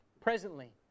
presently